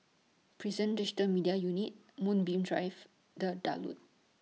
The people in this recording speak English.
Prison Digital Media Unit Moonbeam Drive The